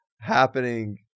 happening